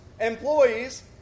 employees